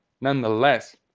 nonetheless